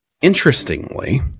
interestingly